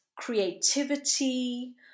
creativity